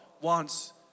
wants